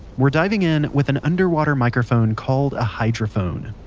we're diving in with an underwater microphone called a hydrophone.